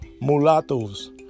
mulattoes